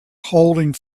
holding